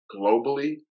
globally